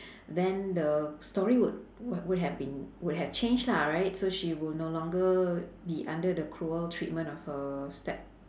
then the story would would would have been would have changed lah right so she would no longer be under the cruel treatment of her step